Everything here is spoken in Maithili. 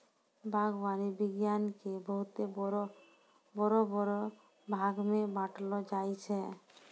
बागवानी विज्ञान के बहुते बड़ो बड़ो भागमे बांटलो जाय छै